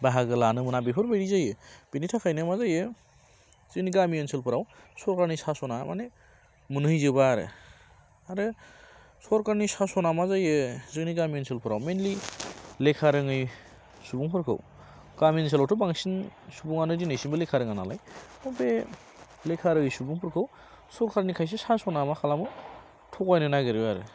बाहागो लानो मोना बेफोरबायदि जायो बेनि थाखायनो मा जायो जोंनि गामि ओनसोलफोराव सरखारनि सास'ना माने मोनहैजोबा आरो आरो सरखारनि सास'ना मा जायो जोंनि गामि ओनसोलफोराव मेइनलि लेखा रोङै सुबुंफोरखौ गामि ओनसोलावथ' बांसिन सुबुंआनो दिनैसिमबो लेखा रोङा नालाय दा बे लेखारोङै सुबुंफोरखौ सरकारनि खायसे सास'ना मा खालामो थ'गायनो नागिरो आरो